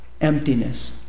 emptiness